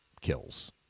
kills